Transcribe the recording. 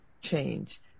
change